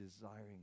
desiring